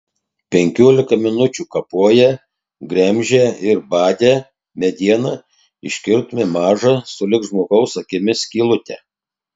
penkiolika minučių kapoję gremžę ir badę medieną iškirtome mažą sulig žmogaus akimi skylutę